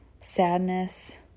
sadness